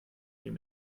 dem